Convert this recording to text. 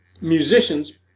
musicians